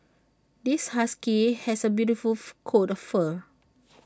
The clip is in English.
this husky has A beautiful for coat of fur